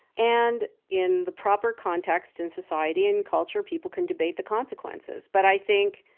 and in the proper context in society, in culture, people can debate the consequences. but i think,